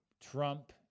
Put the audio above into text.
Trump